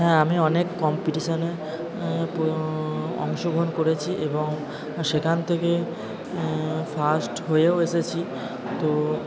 হ্যাঁ আমি অনেক কম্পিটিশানে অংশগ্রহণ করেছি এবং সেখান থেকে ফার্স্ট হয়েও এসেছি তো